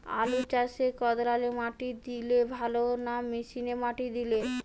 আলু চাষে কদালে মাটি দিলে ভালো না মেশিনে মাটি দিলে?